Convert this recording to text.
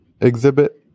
exhibit